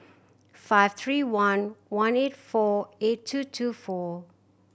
five three one one eight four eight two two four